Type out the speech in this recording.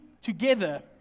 together